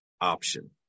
option